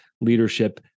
Leadership